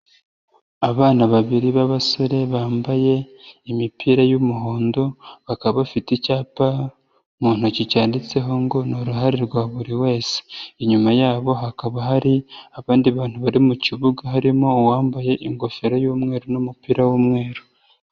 Abana babiri b'abasore bambaye imipira y'umuhondo, bakaba bafite icyapa mu ntoki cyanditseho ngo n'uruhare rwa buri wese, inyuma yabo hakaba hari abandi bantu bari mukibuga harimo uwambaye ingofero y'umweru n'umupira w'umweru.